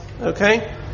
okay